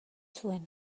zuen